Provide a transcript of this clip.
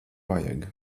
vajag